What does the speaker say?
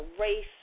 race